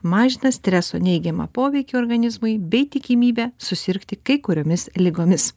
mažina streso neigiamą poveikį organizmui bei tikimybę susirgti kai kuriomis ligomis